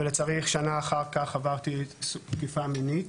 ולצערי שנה אחר כך עברתי תקיפה מינית,